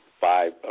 five